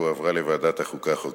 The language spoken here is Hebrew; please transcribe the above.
והועברה לוועדת חוקה,